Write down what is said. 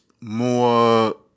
more